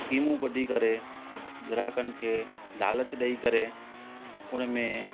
स्कीमू कढी करे ग्राहकनि खे लालचु ॾेई करे उनमें